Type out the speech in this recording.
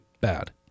Bad